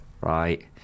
Right